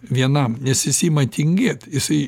vienam nes jis ima tingėt jisai